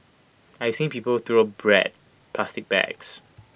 I've seen people throw bread plastic bags